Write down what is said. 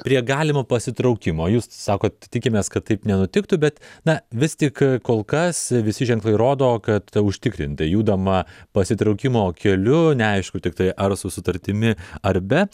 prie galimo pasitraukimo jūs sakot tikimės kad taip nenutiktų bet na vis tik kol kas visi ženklai rodo kad užtikrintai judama pasitraukimo keliu neaišku tiktai ar su sutartimi ar be